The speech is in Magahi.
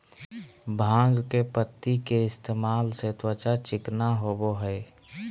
भांग के पत्ति के इस्तेमाल से त्वचा चिकना होबय हइ